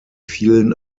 vielen